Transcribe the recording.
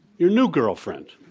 your new girlfriend.